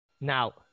Now